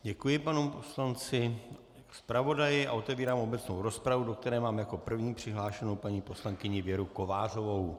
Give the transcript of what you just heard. Děkuji panu poslanci, zpravodaji a otvírám obecnou rozpravu, do které mám jako první přihlášenu paní poslankyni Věru Kovářovou.